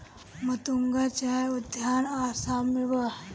गतूंगा चाय उद्यान आसाम में बा